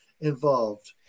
involved